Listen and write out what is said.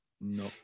No